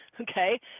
okay